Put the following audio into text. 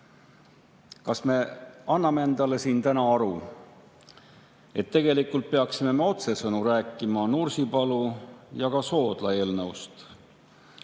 Kas me anname endale siin täna aru, et tegelikult peaksime me otsesõnu rääkima Nursipalu ja ka Soodla eelnõust,